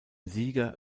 sieger